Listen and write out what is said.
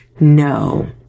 No